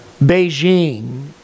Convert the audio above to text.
Beijing